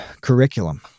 curriculum